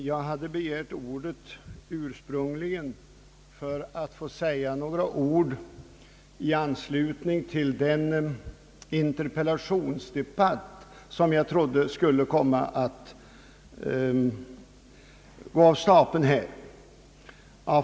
Herr talman! Jag hade ursprungligen begärt ordet för att få säga några ord i anslutning till den interpellationsdebatt som jag trodde skulle komma att gå av stapeln här.